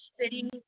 City